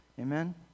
Amen